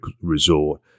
resort